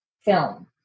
film